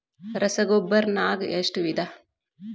ರಸಗೊಬ್ಬರ ನಾಗ್ ಎಷ್ಟು ವಿಧ?